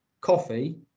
coffee